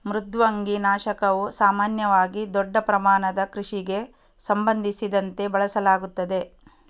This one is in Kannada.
ಮೃದ್ವಂಗಿ ನಾಶಕವು ಸಾಮಾನ್ಯವಾಗಿ ದೊಡ್ಡ ಪ್ರಮಾಣದ ಕೃಷಿಗೆ ಸಂಬಂಧಿಸಿದಂತೆ ಬಳಸಲಾಗುತ್ತದೆ